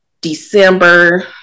December